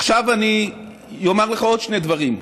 עכשיו אני אומר לך עוד שני דברים.